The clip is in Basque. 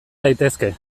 daitezke